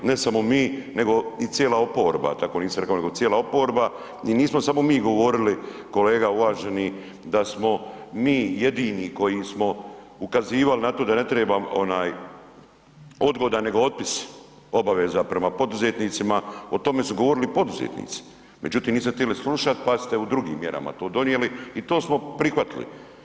Ne samo mi nego i cijela oporba, tako nisam rekao nego cijela oporba i nismo samo mi govorili kolega uvaženi, da smo mi jedini koji smo ukazivali na to da ne treba onaj, odgoda nego otpis obaveza prema poduzetnicima, o tome su govorili poduzetnici, međutim, niste htjeli slušati pa ste u drugim mjerama to donijeli i to smo prihvatili.